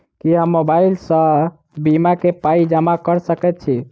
की हम मोबाइल सअ बीमा केँ पाई जमा कऽ सकैत छी?